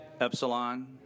Epsilon